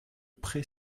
pré